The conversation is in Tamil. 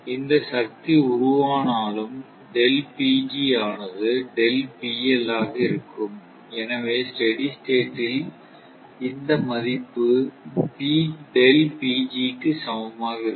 எந்த சக்தி உருவானாலும் ΔPg ஆனது ΔPL ஆக இருக்கும் எனவே ஸ்டெடி ஸ்டேட்டில் இந்த மதிப்பு ΔPg க்கு சமமாக இருக்கும்